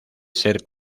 ser